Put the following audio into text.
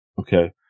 Okay